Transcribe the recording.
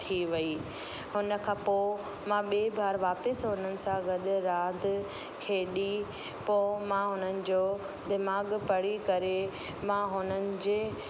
थी वई हुन खां पोइ मां ॿिए बार वापसि उन्हनि सां गॾु रांदि खेॾी पोइ मां उन्हनि जो दीमाग़ु पढ़ी करे मां हुननि जे